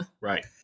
Right